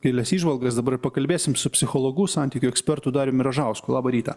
gilias įžvalgas dabar pakalbėsim su psichologu santykių ekspertu dariumi ražausku labą rytą